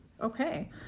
Okay